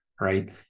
right